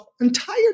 entire